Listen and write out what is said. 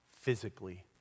physically